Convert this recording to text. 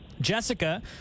Jessica